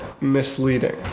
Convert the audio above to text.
misleading